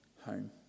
home